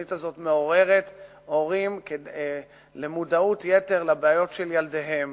והתוכנית הזאת מעוררת הורים למודעות יתר לבעיות של ילדיהם.